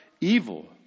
evil